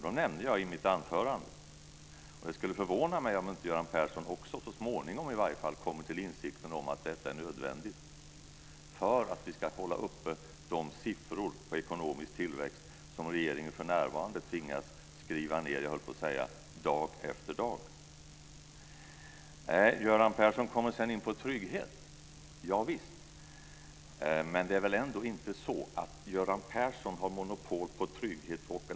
Det nämnde jag i mitt anförande, och det skulle förvåna mig om inte också Göran Persson, åtminstone så småningom, kommer till insikten att detta är nödvändigt för att vi ska hålla uppe de siffror på ekonomisk tillväxt som regeringen för närvarande tvingas skriva ned - dag efter dag, höll jag på att säga. Göran Persson kommer sedan in på trygghet. Men det är väl ändå inte så att Göran Persson har monopol på trygghet?